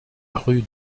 rue